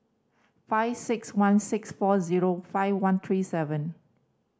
five six one six four zero five one three seven